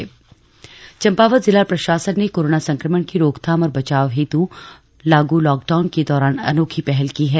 अनोखी पहल चम्पावत जिला प्रशासन ने कोरोना संक्रमण की रोकथाम और बचाव हेतु लागू लॉक डाउन के दौरान अनोखी पहल की है